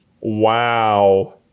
Wow